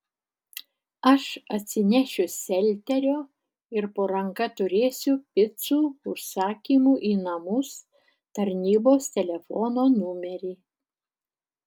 aš atsinešiu selterio ir po ranka turėsiu picų užsakymų į namus tarnybos telefono numerį